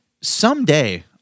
Someday